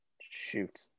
Shoot